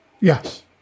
Yes